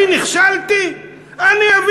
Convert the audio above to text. אני נכשלתי?